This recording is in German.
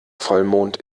vollmond